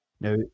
Now